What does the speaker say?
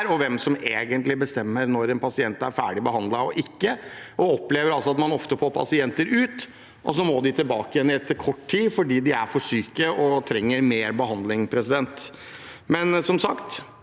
og hvem som egentlig bestemmer om en pasient er ferdigbehandlet eller ikke. Man opplever altså ofte at man får pasienter ut, og så må de tilbake igjen etter kort tid fordi de er for syke og trenger mer behandling. Som sagt: